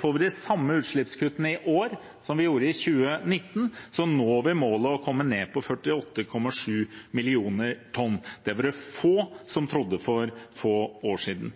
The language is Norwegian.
Får vi de samme utslippskuttene i år som vi gjorde i 2019, når vi målet om å komme ned på 48,7 millioner tonn. Det var det få som trodde for få år siden.